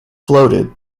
floated